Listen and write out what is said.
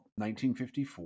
1954